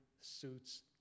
suits